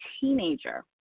teenager